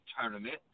tournament